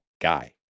guy